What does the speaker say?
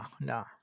no